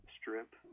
strip